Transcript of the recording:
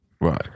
Right